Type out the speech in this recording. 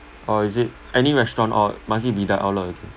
or is it any restaurant or must it be that outlet again